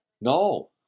No